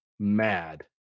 mad